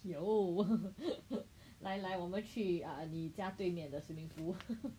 有 来来我们去你家对面的 swimming pool